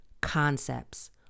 concepts